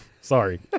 Sorry